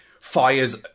fires